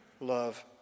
love